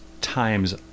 times